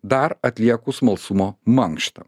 dar atlieku smalsumo mankštą